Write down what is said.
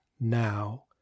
now